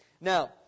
Now